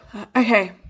Okay